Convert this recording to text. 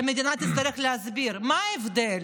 והמדינה תצטרך להסביר מה ההבדל